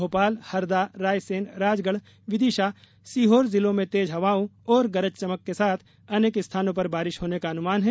भोपाल हरदा रायसेन राजगढ़ विदिशा सीहोर जिलों में तेज हवाओं और गरज चमक के साथ अनेक स्थानों पर बरिश होने का अनुमान है